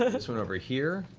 this one over here,